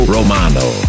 Romano